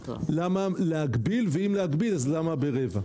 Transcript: למה להגביל, ואם להגביל אז למה ברבע?